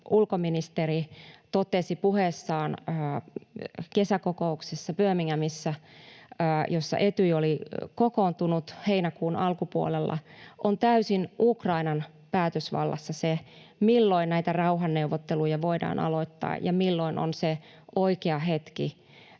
ulkoministeri totesi puheessaan kesäkokouksessa Birminghamissa, jossa Etyj oli kokoontuneena heinäkuun alkupuolella, on täysin Ukrainan päätösvallassa se, milloin näitä rauhanneuvotteluja voidaan aloittaa ja milloin on se oikea hetki